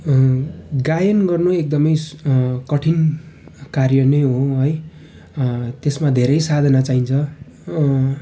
गायन गर्नु एकदमै कठिन कार्य नै हो है त्यसमा धेरै साधना चाहिन्छ